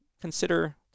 consider